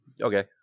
okay